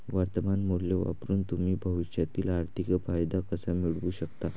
वर्तमान मूल्य वापरून तुम्ही भविष्यातील आर्थिक फायदा कसा मिळवू शकता?